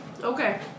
Okay